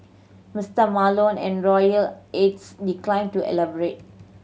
Mister Malone and royal aides declined to elaborate